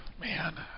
Man